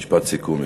משפט סיכום.